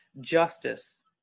justice